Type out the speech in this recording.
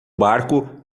barco